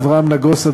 אברהם נגוסה,